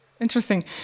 Interesting